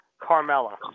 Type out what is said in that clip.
Carmella